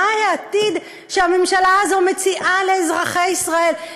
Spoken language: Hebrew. מה העתיד שהממשלה הזאת מציעה לאזרחי ישראל?